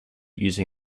using